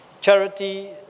Charity